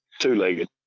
two-legged